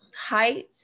height